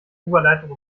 oberleitung